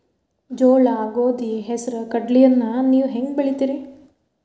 ಜೋಳ, ಗೋಧಿ, ಹೆಸರು, ಕಡ್ಲಿಯನ್ನ ನೇವು ಹೆಂಗ್ ಬೆಳಿತಿರಿ?